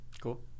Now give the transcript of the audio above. Cool